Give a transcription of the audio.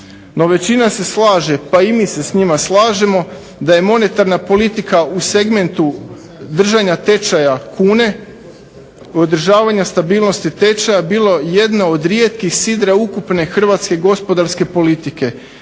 većina se slaže pa i mi se s njima slažemo da je monetarna politika u segmentu držanja tečaja kune i održavanja stabilnosti tečaja bila jedno od rijetkih sidra ukupne hrvatske gospodarske politike.